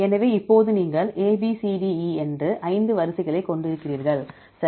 எனவே இப்போது நீங்கள் A B C D E என்ற ஐந்து வரிசைகளைக் கொண்டிருக்கிறீர்கள் சரி